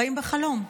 חיים בחלום,